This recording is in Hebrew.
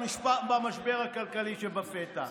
במשבר הכלכלי שבפתח,